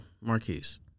Marquise